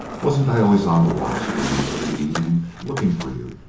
wasn't i always on the watch for you every evening looking for you,